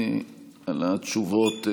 על התשובות,